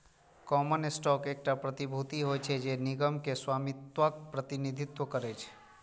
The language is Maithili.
कॉमन स्टॉक एकटा प्रतिभूति होइ छै, जे निगम मे स्वामित्वक प्रतिनिधित्व करै छै